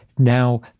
Now